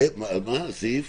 האם מותר לשאול שאלות?